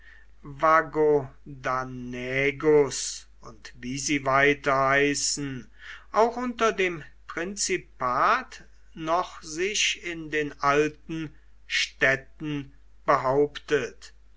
und wie sie weiter heißen auch unter dem prinzipat noch sich in den alten stätten behauptet